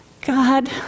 God